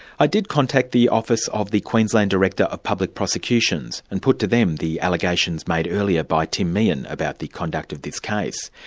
i did contact the office of the queensland director of public prosecutions and put to them the allegations made earlier by tim meehan about the conduct of this case.